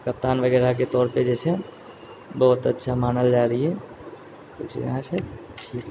कप्तान वगैरहके तौर पर जे छै बहुत अच्छा मानल जाइत रहियै